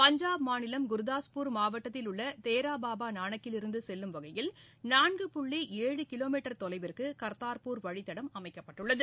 பஞ்சாப் மாநிலம் குர்தாஸ்பூர் மாவட்டத்தில் உள்ளதேராபாபாநானக்கில் இருந்துசெல்லும் வகையில் நான்கு புள்ளி ஏழு கிலோமீட்டர் தொலைவிற்குகா்தாா்பூர் வழித்தடம் அமைக்கப்பட்டுள்ளது